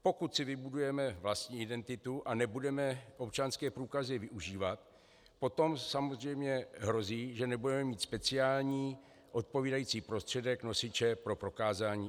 Pokud si vybudujeme vlastní identitu a nebudeme občanské průkazy využívat, potom samozřejmě hrozí, že nebudeme mít speciální odpovídající prostředek nosiče pro prokázání identity.